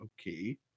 Okay